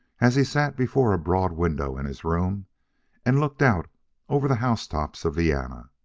as he sat before a broad window in his room and looked out over the housetops of vienna.